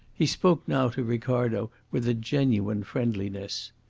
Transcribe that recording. he spoke now to ricardo with a genuine friendliness.